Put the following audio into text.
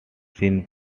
seen